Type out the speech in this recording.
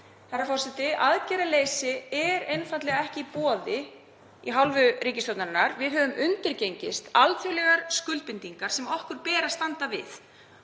Aðgerðaleysi er einfaldlega ekki í boði af hálfu ríkisstjórnarinnar. Við höfum undirgengist alþjóðlegar skuldbindingar sem okkur ber að standa við.